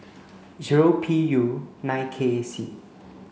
zero P U nine K C